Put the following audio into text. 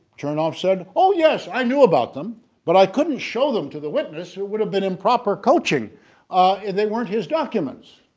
chernof said oh yes, i knew about them but i couldn't show them to the witness who would have been improper coaching if they weren't his documents